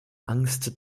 angst